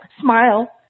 Smile